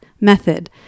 method